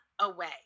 away